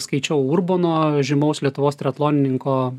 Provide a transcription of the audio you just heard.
skaičiau urbono žymaus lietuvos triatlonininko